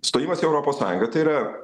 stojimas į europos sąjungą tai yra